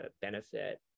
benefit